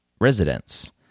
residents